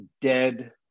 dead